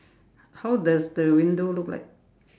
how does the window look like